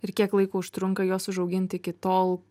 ir kiek laiko užtrunka juos užauginti iki tol